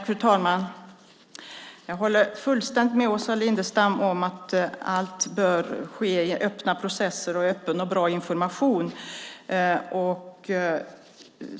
Fru talman! Jag håller fullständigt med Åsa Lindestam om att allt bör ske i öppna processer och med öppen och bra information.